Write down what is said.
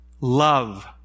love